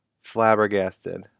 flabbergasted